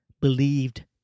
believed